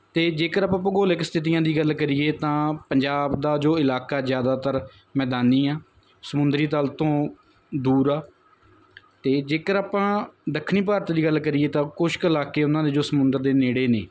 ਅਤੇ ਜੇਕਰ ਆਪਾਂ ਭੂਗੋਲਿਕ ਸਥਿਤੀਆਂ ਦੀ ਗੱਲ ਕਰੀਏ ਤਾਂ ਪੰਜਾਬ ਦਾ ਜੋ ਇਲਾਕਾ ਜ਼ਿਆਦਾਤਰ ਮੈਦਾਨੀ ਆ ਸਮੁੰਦਰੀ ਤਲ ਤੋਂ ਦੂਰ ਆ ਅਤੇ ਜੇਕਰ ਆਪਾਂ ਦੱਖਣੀ ਭਾਰਤ ਦੀ ਗੱਲ ਕਰੀਏ ਤਾਂ ਕੁਛ ਕੁ ਇਲਾਕੇ ਉਹਨਾਂ ਦੇ ਜੋ ਸਮੁੰਦਰ ਦੇ ਨੇੜੇ ਨੇ